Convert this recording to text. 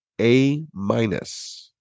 A-minus